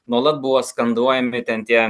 nuolat buvo skanduojami ten tie